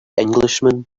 englishman